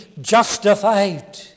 justified